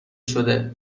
شده